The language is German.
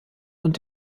und